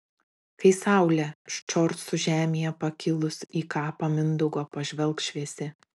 kai saulė ščorsų žemėje pakilus į kapą mindaugo pažvelgs šviesi